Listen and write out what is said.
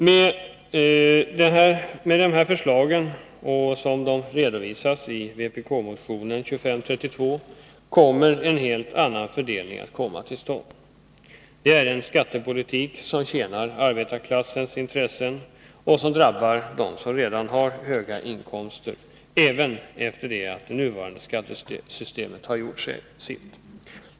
Med dessa förslag, såsom de redovisas i vpk-motionen 2532, kommer en helt annan fördelning att komma till stånd. Det är en skattepolitik som tjänar arbetarklassens intressen och drabbar dem som redan har höga inkomster, även efter det att det nuvarande skattesystemet har gjort sitt.